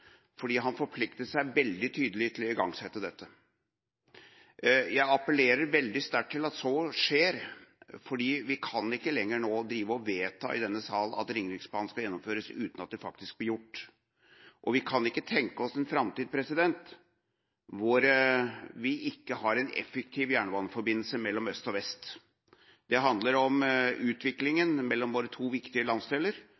fordi han forpliktet seg veldig tydelig på å igangsette dette. Jeg appellerer veldig sterkt til at så skjer, fordi vi kan ikke lenger drive og vedta i denne salen at Ringeriksbanen skal gjennomføres, uten at det faktisk blir gjort. Og vi kan ikke tenke oss en framtid hvor vi ikke har en effektiv jernbaneforbindelse mellom øst og vest. Det handler om